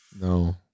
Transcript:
No